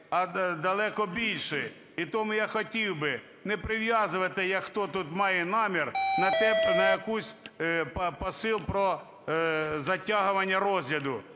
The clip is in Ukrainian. а далеко більше. І тому я хотів би не прив'язувати, як хто тут має намір, на якусь… посил про затягування розгляду.